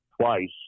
twice